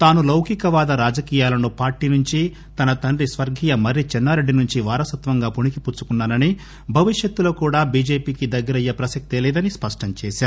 తాను లౌకికవాద రాజకీయాలను పార్టీ నుంచి తన తండ్రి స్వర్గీయ మర్రి చెన్నా రెడ్డి నుంచి వారసత్వంగా పుణికిపుచ్చుకున్నా నని భవిష్యత్లో కూడా బిజెపికి దగ్గరయ్యే ప్రసక్తేలేదని స్పష్టంచేశారు